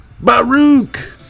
Baruch